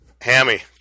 Hammy